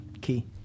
key